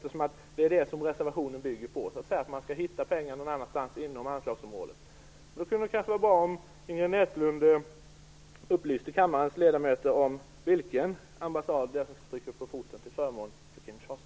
Reservationen bygger ju på att man skall hitta pengar någon annanstans inom anslagsområdet. Därför kunde det kanske vara bra om Inger Näslund upplyste kammarens ledamöter om vilken ambassad som skulle få stryka på foten till förmån för Kinshasa.